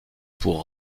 pour